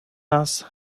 нас